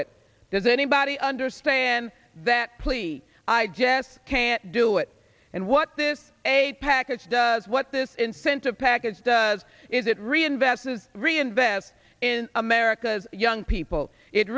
it does anybody understand that pleat i jest can't do it and what this aid package does what this incentive package does is it reinvested reinvest in america's young people it